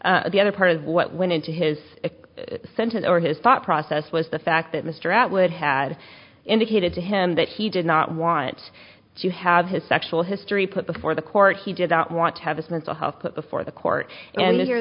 that the other part of what went into his sentence or his thought process was the fact that mr atwood had indicated to him that he did not want to have his sexual history put before the court he did not want to have this mental health put before the court and they hear